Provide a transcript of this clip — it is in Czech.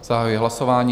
Zahajuji hlasování.